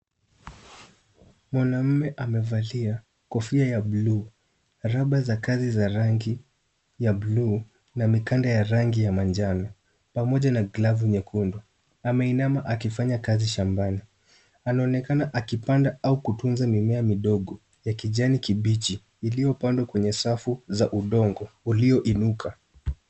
Mwanaume amevalia kofia ya buluu, raba za kazi za rangi ya buluu na mikanda ya rangi ya manjano pamoja na glavu nyekundu. Ameinama akifanya kazi shambani. Anaoenakana akipanda au kutunza mimea midogo ya kijani kibichi iliyopandwa kwenye safu za udongo ulioinuka.